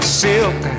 silk